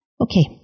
Okay